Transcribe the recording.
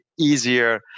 easier